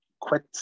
quit